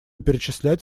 перечислять